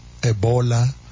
Ebola